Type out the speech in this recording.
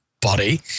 body